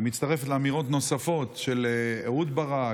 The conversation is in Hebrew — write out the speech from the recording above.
היא מצטרפת לאמירות נוספות של אהוד ברק